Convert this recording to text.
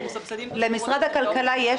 אנחנו מסבסדים --- למשרד הכלכלה יש